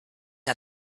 are